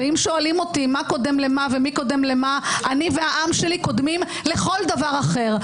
ואם שואל אותי מה קודם למה אני והעם שלי קודמים לכל דבר אחר,